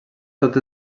tots